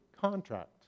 contract